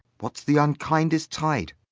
what's the unkindest tide?